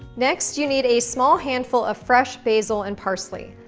next, you need a small handful of fresh basil and parsley.